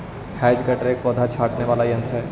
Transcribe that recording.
hedge cutter एक पौधा छाँटने वाला यन्त्र ही